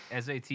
SAT